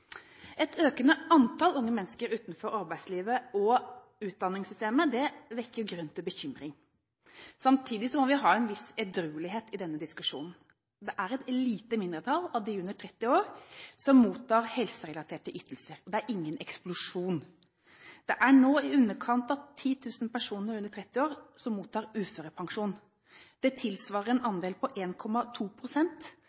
Et økende antall unge mennesker utenfor arbeidslivet og utdanningssystemet vekker grunn til bekymring. Samtidig må vi ha en viss edruelighet i denne diskusjonen. Det er et lite mindretall av dem under 30 år som mottar helserelaterte ytelser – det er ingen eksplosjon. Det er nå i underkant av 10 000 personer under 30 år som mottar uførepensjon. Det tilsvarer en